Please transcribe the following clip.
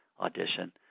audition